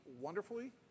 wonderfully